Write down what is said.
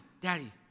Daddy